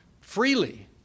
freely